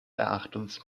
erachtens